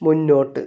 മുന്നോട്ട്